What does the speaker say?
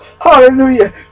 hallelujah